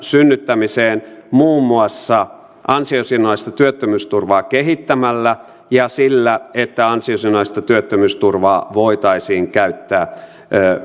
synnyttämiseen muun muassa ansiosidonnaista työttömyysturvaa kehittämällä ja sillä että ansiosidonnaista työttömyysturvaa voitaisiin käyttää